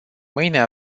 mâine